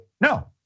No